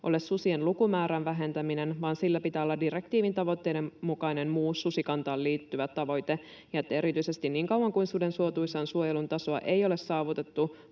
ole susien lukumäärän vähentäminen, vaan sillä pitää olla direktiivin tavoitteiden mukainen muu susikantaan liittyvä tavoite, ja että erityisesti niin kauan kuin suden suotuisan suojelun tasoa ei ole saavutettu,